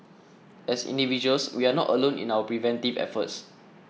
as individuals we are not alone in our preventive efforts